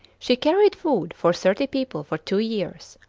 she carried food for thirty people for two years,